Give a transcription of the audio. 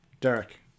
Derek